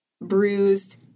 bruised